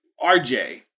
RJ